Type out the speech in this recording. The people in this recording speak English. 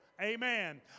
amen